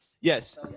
Yes